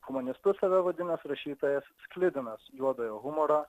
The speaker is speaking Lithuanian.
humanistu save vadinęs rašytojas sklidinas juodojo humoro